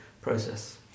process